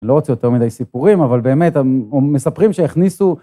לא רוצה יותר מדי סיפורים, אבל באמת, מספרים שהכניסו...